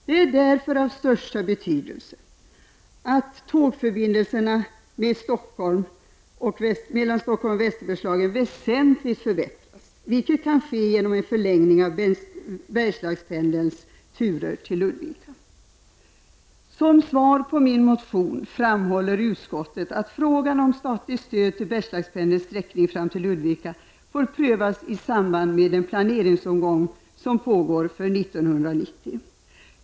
Det är därför av största betydelse att tågförbindelserna mellan Stockholm och Västerbergslagen väsentligt förbättras, vilket kan ske genom en förlängning av Bergslagspendelns turer till Ludvika. Som svar på min motion framhåller utskottet att frågan om statligt stöd till Bergslagspendelns sträckning fram till Ludvika får prövas i samband med den planeringsomgång som pågår under 1990.